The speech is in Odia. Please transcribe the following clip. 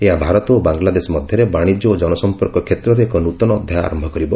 ଏହା ଭାରତ ଓ ବାଙ୍ଗଲାଦେଶ ମଧ୍ୟରେ ବାଣିଜ୍ୟ ଓ ଜନସମ୍ପର୍କ କ୍ଷେତ୍ରରେ ଏକ ନୃତନ ଅଧ୍ୟାୟ ଆରମ୍ଭ କରିବ